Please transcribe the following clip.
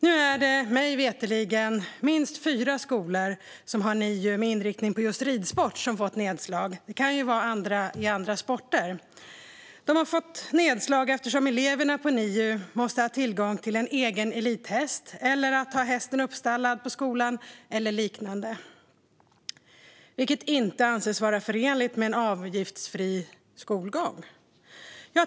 Nu är det mig veterligen minst fyra skolor som har NIU med inriktning på just ridsport som fått nedslag - det kan dock även gälla skolor med inriktning på andra sporter. De har fått nedslag eftersom eleverna på NIU måste ha tillgång till en egen elithäst eller ha hästen uppstallad på skolan eller liknande, vilket inte anses vara förenligt med en avgiftsfri skolgång.